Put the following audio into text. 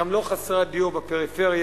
גם לא חסרי הדיור בפריפריה,